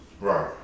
Right